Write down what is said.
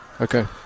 okay